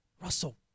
Russell